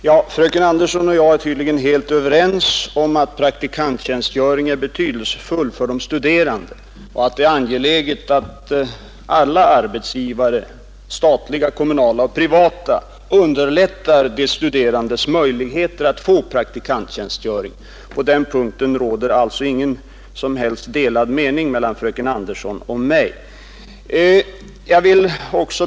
Herr talman! Fröken Andersson och jag är tydligen helt överens om att praktikanttjänstgöring är betydelsefull för de studerande och att det är angeläget att alla arbetsgivare — statliga, kommunala och privata — underlättar de studerandes möjligheter att få praktikanttjänstgöring. På den punkten råder alltså ingen delad mening mellan fröken Andersson och mig.